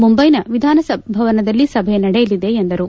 ಮುಂಬೈನ ವಿಧಾನಭವನದಲ್ಲಿ ಸಭೆ ನಡೆಯಲಿದೆ ಎಂದರು